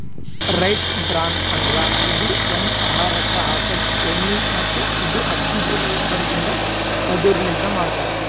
rice bran ಅಂದುರ್ ಇದು ಒಂದು ಆಹಾರಕ್ ಹಾಕದ್ ಎಣ್ಣಿ ಮತ್ತ ಇದು ಅಕ್ಕಿದ್ ಹೊರಗಿಂದ ಪದುರ್ ಲಿಂತ್ ಮಾಡ್ತಾರ್